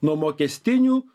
nuo mokestinių